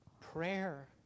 prayer